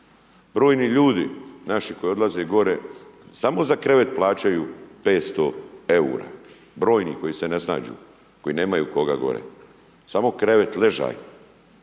Brojni ljudi, naši koji odlaze gore, samo za krevet plaćaju 500 eura. Brojni koji se ne snađu, koji nemaju koga gore. Samo krevet, ležaj.